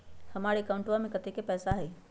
हमार अकाउंटवा में कतेइक पैसा हई?